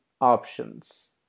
options